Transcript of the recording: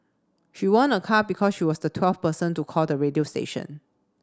she won a car because she was the twelve person to call the radio station